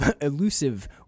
elusive